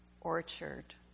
Orchard